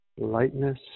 Lightness